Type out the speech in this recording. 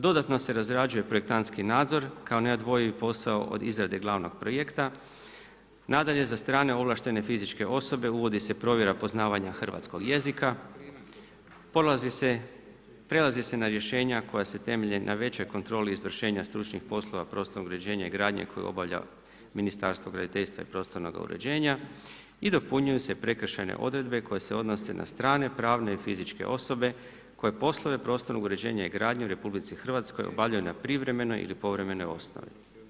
Dodatno se razrađuje projektantski nadzor kao neodvojiv posao od izrade glavnog projekta, nadalje za strane ovlaštene fizičke osobe uvodi se provjera poznavanja hrvatskog jezika, prelazi se na rješenja koje se temelje na većoj kontroli izvršenja stručnih poslova, prostornog uređenja i gradnje koje obavlja Ministarstvo graditeljstva i prostornoga uređenja i dopunjuju se prekršajne odredbe koje se odnose na strane, pravne i fizičke osobe koje poslove prostornog uređenja i gradnje u RH obavljaju na privremenoj ili povremenoj osnovi.